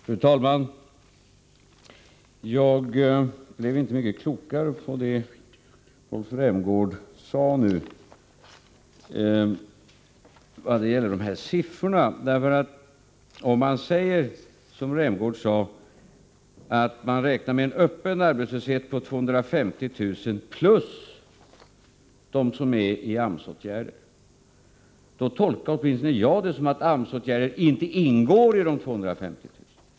Fru talman! Jag blev inte mycket klokare på det Rolf Rämgård sade i vad gäller de här siffrorna. Om man säger som Rolf Rämgård sade, att man räknar med en öppen arbetslöshet på 250 000 plus dem som är i AMS åtgärder, tolkar åtminstone jag det som att AMS-åtgärder inte ingår i de 250 000.